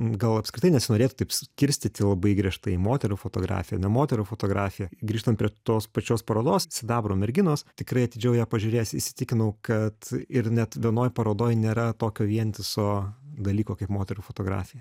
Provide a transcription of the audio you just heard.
gal apskritai nesinorėtų taip skirstyti labai griežtai moterų fotografija ne moterų fotografija grįžtant prie tos pačios parodos sidabro merginos tikrai atidžiau pažiūrėjęs įsitikinau kad ir net vienoj parodoj nėra tokio vientiso dalyko kaip moterų fotografija